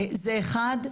זה אחד.